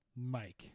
Mike